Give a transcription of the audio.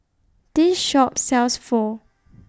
This Shop sells Pho